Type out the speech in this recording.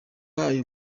ayo